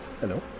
Hello